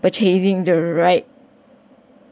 purchasing the right